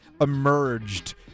emerged